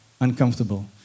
Uncomfortable